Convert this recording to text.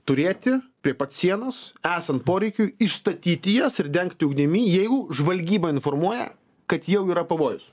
turėti prie pat sienos esant poreikiui išstatyti jas ir dengti ugnimi jeigu žvalgyba informuoja kad jau yra pavojus